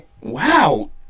Wow